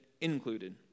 included